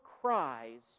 cries